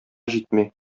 җитми